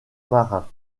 marin